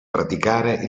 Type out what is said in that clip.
praticare